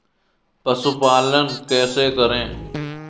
पशुपालन कैसे करें?